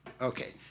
Okay